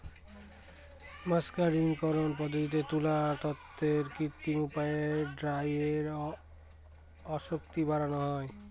মের্সারিকরন পদ্ধতিতে তুলার তন্তুতে কৃত্রিম উপায়ে ডাইয়ের আসক্তি বাড়ানো হয়